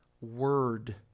word